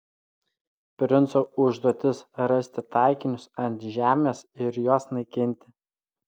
princo užduotis rasti taikinius ant žemės ir juos naikinti